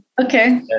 Okay